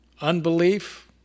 unbelief